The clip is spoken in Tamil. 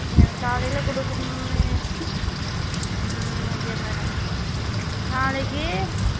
எனக்கு காலையில கொடுக்கணுமே ம் ஓகே மேடம் நாளைக்கு